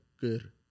good